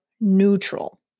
neutral